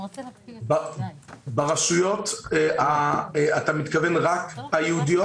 אתה מתכוון רק הייעודיות?